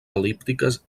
el·líptiques